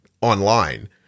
online